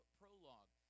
prologue